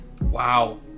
Wow